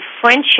friendship